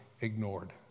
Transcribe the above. ignored